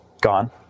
gone